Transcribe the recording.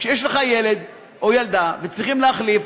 כשיש לך ילד או ילדה וצריכים להחליף,